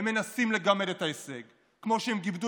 הם מנסים לגמד את ההישג כמו שהם גימדו